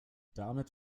damit